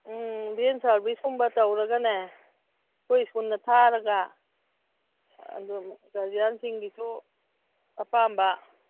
ꯎꯝ van ꯁꯥꯔꯕꯤꯁꯀꯨꯝꯕ ꯇꯧꯔꯒꯅꯦ ꯑꯩꯈꯣꯏ ꯁ꯭ꯀꯨꯜꯗ ꯊꯥꯔꯒ ꯑꯗꯨ ꯒꯥꯔꯖꯤꯌꯥꯟꯁꯤꯡꯒꯤꯁꯨ ꯑꯄꯥꯝꯕ